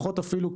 שם,